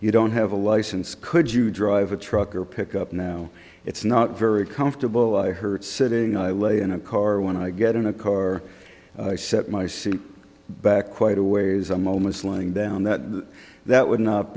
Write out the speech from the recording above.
you don't have a license could you drive a truck or pick up now it's not very comfortable i hurt sitting i lay in a car when i get in a car i set my seat back quite a ways a moment slowing down that that that would not